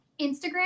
Instagram